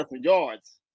yards